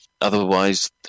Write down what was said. otherwise